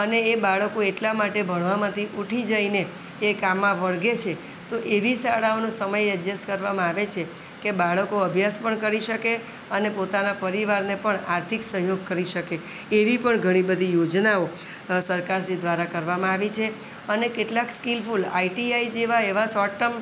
અને એ બાળકો એટલા માટે ભણવામાંથી ઉઠી જઈને એ કામમાં વળગે છે તો એવી શાળાઓનો સમય એજ્જસ કરવામાં આવે છે કે બાળકો અભ્યાસ પણ કરી શકે અને પોતાના પરિવારને પણ આર્થિક સહયોગ કરી શકે એવી પણ ઘણી બધી યોજનાઓ સરકાર દ્વારા કરવામાં આવી છે અને કેટલાક સ્કીલફૂલ આઈટીઆઈ જેવા એવા શોર્ટ ટર્મ